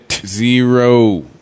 Zero